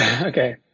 Okay